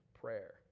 prayer